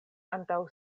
antaŭ